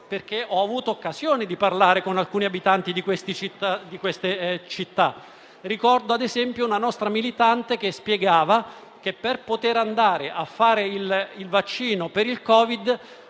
perché ho avuto occasione di parlare con alcuni abitanti di queste città. Ricordo, ad esempio, una nostra militante che spiegava che, per poter andare a fare il vaccino per il Covid,